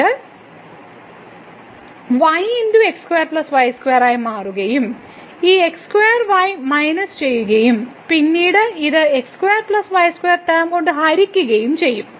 ഇത് ആയി മാറുകയും ഈ x2y മൈനസ് ചെയ്യുകയും പിന്നീട് ഈ ടേം കൊണ്ട് ഹരിക്കുകയും ചെയ്യും